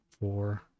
Four